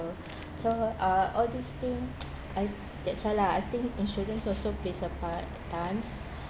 so uh all these thing I that's why lah I think insurance also plays a part at times